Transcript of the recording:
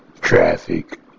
traffic